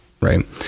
Right